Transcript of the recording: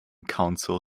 council